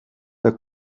der